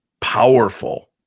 powerful